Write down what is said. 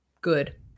good